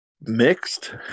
Mixed